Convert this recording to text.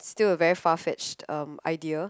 still a very far fetched um idea